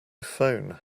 phone